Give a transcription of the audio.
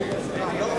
בין ישראל למצרים,